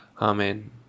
Amen